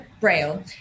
Braille